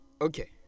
okay